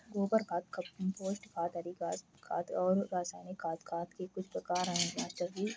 गोबर खाद कंपोस्ट खाद हरी खाद और रासायनिक खाद खाद के कुछ प्रकार है मास्टर जी